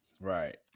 Right